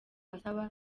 asaba